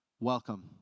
welcome